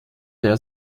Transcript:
der